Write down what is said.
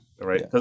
right